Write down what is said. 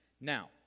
Now